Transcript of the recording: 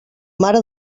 mare